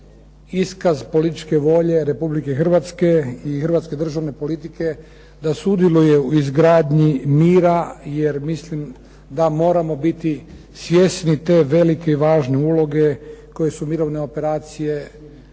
iskaz političke volje Republike Hrvatske i hrvatske državne politike da sudjeluju u izgradnji mira, jer mislim da moramo biti svjesni te velike i važne uloge koje su mirovne operacije